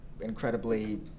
incredibly